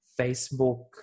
Facebook